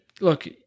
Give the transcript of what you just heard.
look